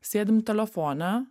sėdim telefone